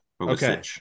okay